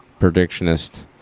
predictionist